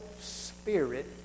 spirit